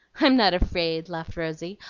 i'm not afraid, laughed rosy.